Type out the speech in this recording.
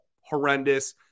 horrendous